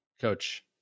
coach